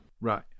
Right